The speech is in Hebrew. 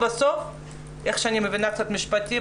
כפי שאני מבינה קצת במשפטים,